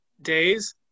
days